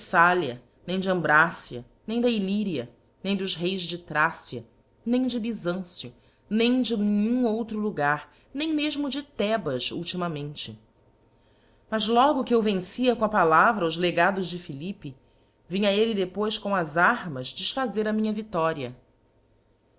theítalia nem de ambracia nem da ulyria nem dos reis de thracia nem de byzancio nem de nenhum outro logar nm mefmo de thcbas uliimamenie mas logo que eu vencia com a palavra os legados de philippc vi hi cilc j cpois com es ai'ni is dcffazcr a minha vicloria